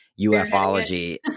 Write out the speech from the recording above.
UFOlogy